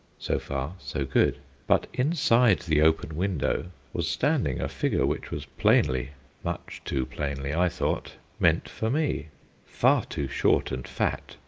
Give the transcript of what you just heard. so far, so good but inside the open window was standing a figure which was plainly much too plainly, i thought meant for me far too short and fat,